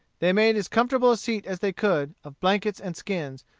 they made as comfortable a seat as they could, of blankets and skins,